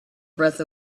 breath